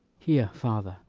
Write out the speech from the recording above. here, father,